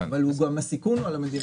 אבל הוא גם הסיכון על מדינת ישראל,